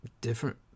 different